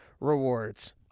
rewards